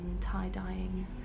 tie-dyeing